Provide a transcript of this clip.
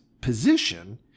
position